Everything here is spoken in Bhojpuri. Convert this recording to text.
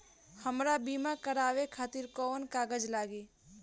हमरा बीमा करावे खातिर कोवन कागज लागी?